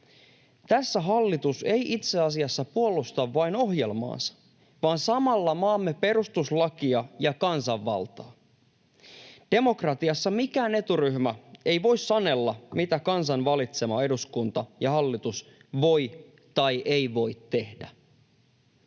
Tässä hallitus ei itse asiassa puolusta vain ohjelmaansa, vaan samalla maamme perustuslakia ja kansanvaltaa. Demokratiassa mikään eturyhmä ei voi sanella, mitä kansan valitsema eduskunta ja hallitus voi tai ei voi tehdä.